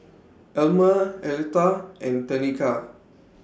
Almer Aletha and Tenika